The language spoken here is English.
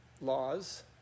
laws